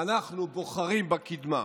אנחנו בוחרים בקדמה.